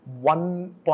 one